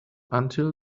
until